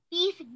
Beef